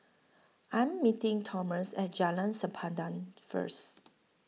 I Am meeting Tomas At Jalan Sempadan First